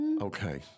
Okay